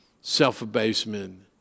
self-abasement